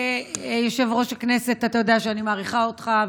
יושב-ראש הכנסת, אתה יודע שאני מעריכה אותך,